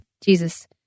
Jesus